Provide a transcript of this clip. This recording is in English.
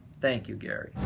thank you, gary.